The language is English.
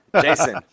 Jason